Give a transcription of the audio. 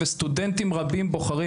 וסטודנטים רבים בוחרים,